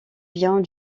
vient